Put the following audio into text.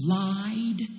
lied